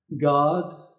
God